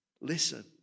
Listen